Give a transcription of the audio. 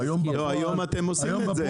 היום אתם עושים את זה.